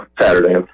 Saturday